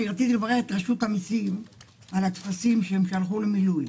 רציתי לברך את רשות המסים על הטפסים שהם שלחו למלא.